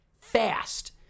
fast